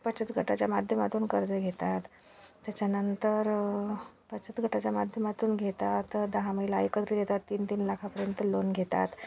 बचत गटाच्या माध्यमातून कर्ज घेतात त्याच्यानंतर बचत गटाच्या माध्यमातून घेतात दहा महिला एकत्र येतात तीन तीन लाखापर्यंत लोन घेतात